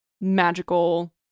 magical